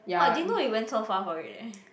!wah! I didn't know you went so far for it leh